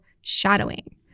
shadowing